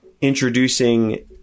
introducing